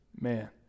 man